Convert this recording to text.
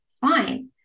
fine